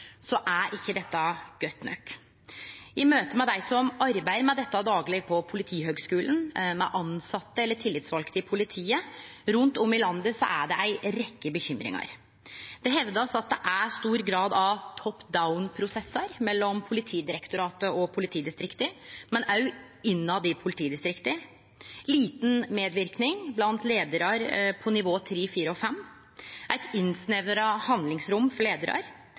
er ikkje dette godt nok. I møte med dei som dagleg arbeider med dette på Politihøgskolen, og i møte med tilsette eller tillitsvalde i politiet rundt om i landet høyrer ein om ei rekke bekymringar. Det blir hevda at det er stor grad av top-down-prosessar mellom Politidirektoratet og politidistrikta, men òg i politidistrikta sjølve, liten medverknad blant leiarar på nivå 3, 4 og 5, eit innsnevra handlingsrom for